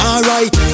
Alright